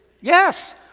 Yes